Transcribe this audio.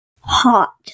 Hot